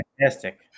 fantastic